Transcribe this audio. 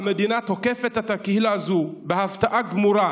המדינה תוקפת את הקהילה הזאת בהפתעה גמורה,